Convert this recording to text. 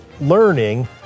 learning